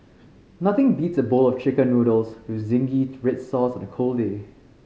nothing beats a bowl of Chicken Noodles with zingy red sauce on a cold day